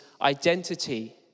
identity